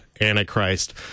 Antichrist